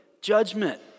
judgment